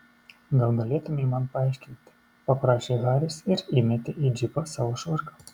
gal galėtumei man paaiškinti paprašė haris ir įmetė į džipą savo švarką